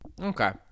Okay